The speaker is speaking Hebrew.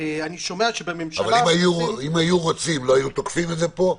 אבל אם היו רוצים, לא היו תוקפים את זה פה?